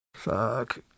Fuck